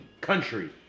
country